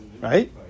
right